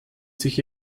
sich